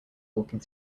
walking